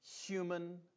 human